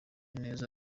neza